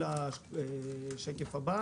בשקף הבא